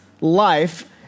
life